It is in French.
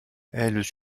elles